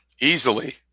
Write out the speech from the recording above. Easily